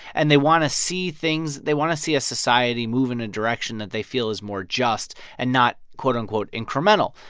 and they want to see things they want to see a society move in a direction that they feel is more just and not, quote-unquote, incremental.